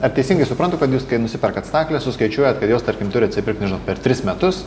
ar teisingai suprantu kad jūs kai nusiperkat stakles jūs skaičiuojat kad jos tarkim turi atsipirkt nežinau per tris metus